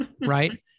right